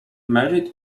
merritt